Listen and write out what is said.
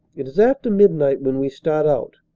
it is after midnight vhen we start out.